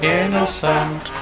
innocent